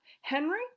Henry